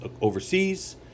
overseas